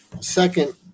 second